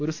ഒരു സി